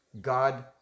God